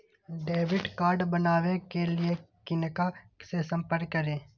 Debit card बनावे के लिए किनका से संपर्क करी?